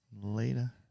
Later